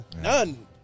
None